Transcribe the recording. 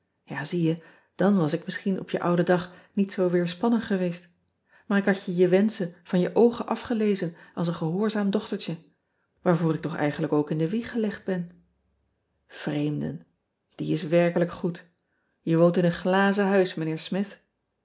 ja zie je dan was ik misschien op je ouden dag niet zoo weerspannig geweest maar ik had je je wenschen van je oogen afgelezen als een gehoorzaam dochtertje waarvoor ik toch eigenlijk ook in de wieg gelegd ben reemden ie is werkelijk goed e woont in een glazen huis ijnheer mith